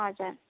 हजुर